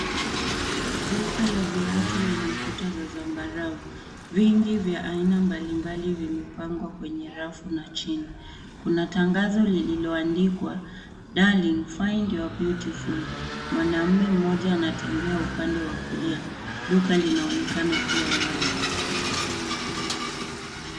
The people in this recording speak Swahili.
Duka la viatu lenye kuta za zambarau, vingi vya aina mbali mbali zimepangwa kwenye rafu na chini, kuna tangazo lililo andikwa darling find your beautiful mwanaume mmoja anatembea upande wa kulia, duka lina onekana kuwa wazi.